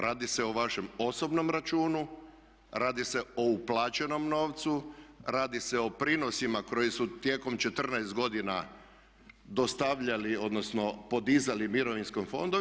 Radi se o vašem osobnom računu, radi se o uplaćenom novcu, radi se o prinosima koji su tijekom 14 godina dostavljali, odnosno podizali mirovinski fondovi.